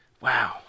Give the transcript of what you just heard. wow